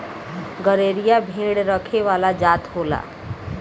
गरेरिया भेड़ रखे वाला जात होला